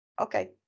Okay